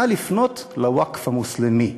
נא לפנות לווקף המוסלמי.